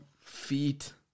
feet